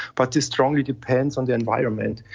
but this strongly depends on the environment.